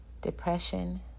depression